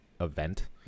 event